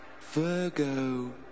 Virgo